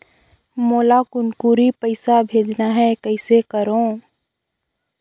मोला कुनकुरी पइसा भेजना हैं, कइसे करो?